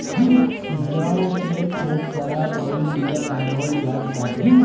जौ से खूब शराब अउरी बियर बनावल जात बाटे